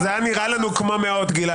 אבל זה נראה לנו כמו מאות.